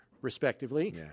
respectively